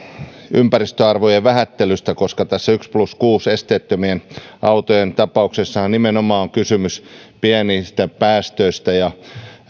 ympäristöarvojen vähättelystä koska tässä esteettömien yksi plus kuusi autojen tapauksessahan nimenomaan on kysymys pienistä päästöistä ja